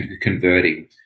converting